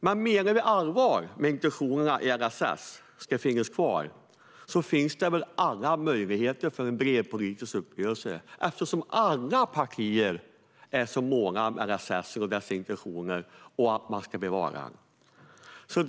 Menar vi allvar med att intentionerna i LSS ska finnas kvar finns det väl alla möjligheter till en bred politisk uppgörelse, eftersom alla partier är måna om LSS och dess intentioner och att man ska bevara detta.